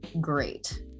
great